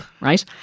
right